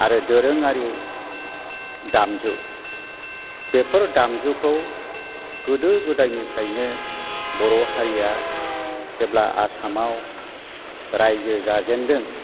आरो दोरोङारि दामजु बेफोर दामजुखौ गोदो गोदायनिफ्रायनो बर' हारिया जेब्ला आसामाव रायजो जाजेन्दों